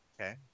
Okay